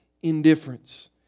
indifference